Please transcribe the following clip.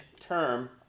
term